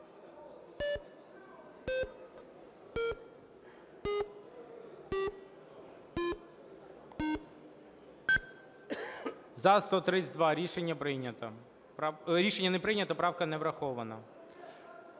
За-132 Рішення прийнято… Рішення не прийнято, правка не врахована.